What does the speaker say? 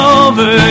over